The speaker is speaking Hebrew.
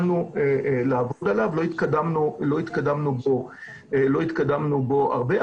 שהתחלנו לעבוד עליו, לא התקדמנו בו הרבה.